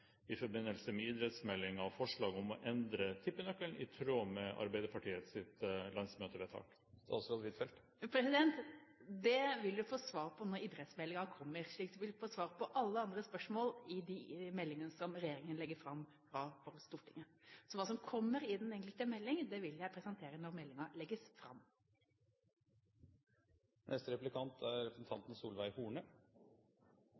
om å endre tippenøkkelen i tråd med Arbeiderpartiets landsmøtevedtak? Det vil du få svar på når idrettsmeldingen kommer, slik du vil få svar på alle andre spørsmål i den meldingen som regjeringen legger fram for Stortinget. Så hva som kommer i den enkelte melding, vil jeg presentere når meldingen legges